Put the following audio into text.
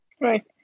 Right